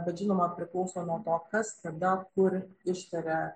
bet žinoma priklauso nuo to kas kada kur iškelia